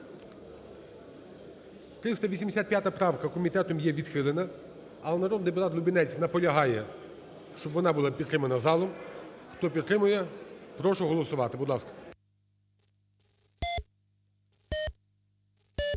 385 правка комітетом є відхилена, але народний депутат Лубінець наполягає, щоб вона була підтримана залом. Хто підтримує, прошу голосувати, будь ласка.